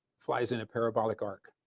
flies in a parabollic arc.